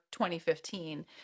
2015